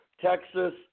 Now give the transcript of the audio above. Texas